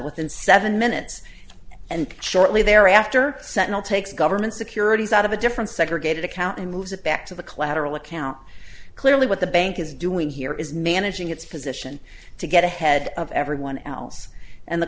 within seven minutes and shortly thereafter sentinel takes government securities out of a different segregated account and moves it back to the collateral account clearly what the bank is doing here is managing its position to get ahead of everyone else and the